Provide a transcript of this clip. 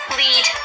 lead